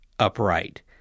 upright